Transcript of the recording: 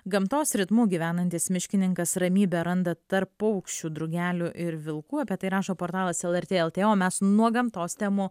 gamtos ritmu gyvenantis miškininkas ramybę randa tarp paukščių drugelių ir vilkų apie tai rašo portalas lrt lt o mes nuo gamtos temų